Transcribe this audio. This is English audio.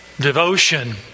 devotion